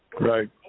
Right